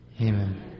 Amen